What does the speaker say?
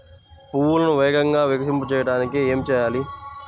పువ్వులను వేగంగా వికసింపచేయటానికి ఏమి చేయాలి?